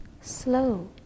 slow